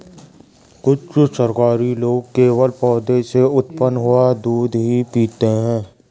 कुछ शाकाहारी लोग केवल पौधों से उत्पन्न हुआ दूध ही पीते हैं